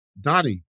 Dottie